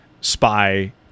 spy